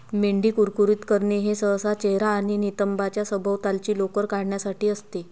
मेंढी कुरकुरीत करणे हे सहसा चेहरा आणि नितंबांच्या सभोवतालची लोकर काढण्यासाठी असते